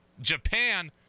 Japan